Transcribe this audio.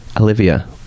Olivia